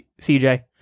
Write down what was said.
CJ